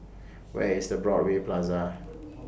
Where IS Broadway Plaza